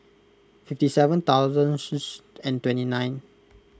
fifty seven thousand and twenty nine